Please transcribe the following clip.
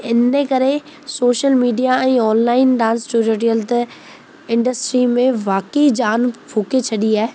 इन ई करे सोशल मीडिया ऐं ऑनलाइन डांस जो टूयोटियल त इंडस्ट्री में वाक़ई जान फ़ुके छॾी आहे